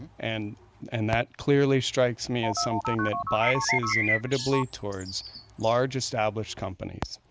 and and that clearly strikes me as something that biases inevitably towards large established companies.